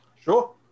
Sure